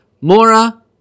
Mora